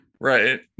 Right